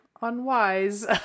unwise